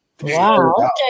Wow